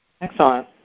Excellent